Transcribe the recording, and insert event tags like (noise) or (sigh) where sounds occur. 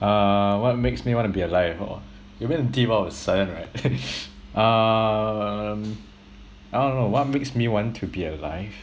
uh what makes me want to be alive !wah! it went deep all of a sudden right (laughs) um I don't know what makes me want to be alive